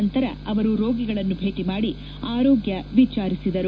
ನಂತರ ಅವರು ರೋಗಿಗಳನ್ನು ಭೇಟಿ ಮಾಡಿ ಆರೋಗ್ಲ ವಿಚಾರಿಸಿದರು